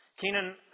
Kenan